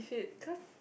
cause